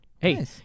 Hey